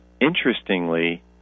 interestingly